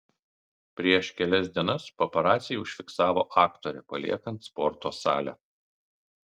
prieš kelias dienas paparaciai užfiksavo aktorę paliekant sporto salę